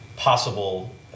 possible